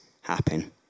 happen